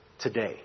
today